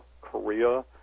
Korea